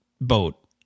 boat